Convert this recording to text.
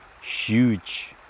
huge